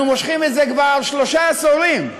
אנחנו מושכים את זה כבר שלושה עשורים,